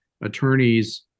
attorneys